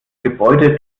gebäude